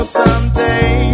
someday